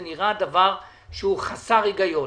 זה נראה דבר שהוא חסר היגיון.